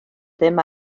ddim